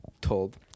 told